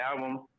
album